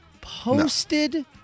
Posted